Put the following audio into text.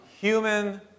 human